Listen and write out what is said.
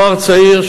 נוער צעיר,